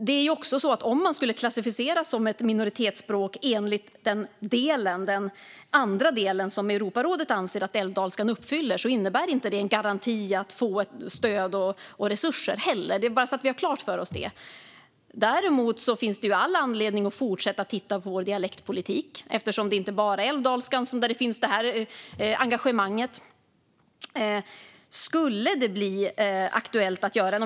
Det är också så att om älvdalskan skulle klassificeras som ett minoritetsspråk enligt den andra del som Europarådet anser att älvdalskan uppfyller innebär det ingen garanti för att få stöd och resurser, bara så att vi har detta klart för oss. Det finns däremot all anledning att fortsätta att titta på vår dialektpolitik, eftersom det inte bara är för älvdalskan det finns ett sådant engagemang.